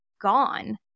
gone